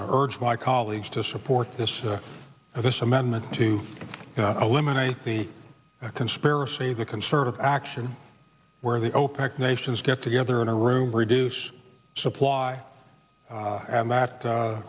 urge my colleagues to support this of this amendment to eliminate the conspiracy the concert of action where the opec nations get together in a room reduce supply and that